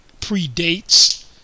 predates